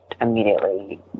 immediately